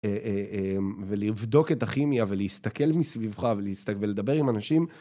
ולבדוק את הכימיה ולהסתכל מסביבך ולדבר עם אנשים.